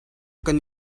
kan